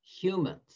humans